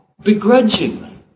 begrudgingly